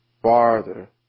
farther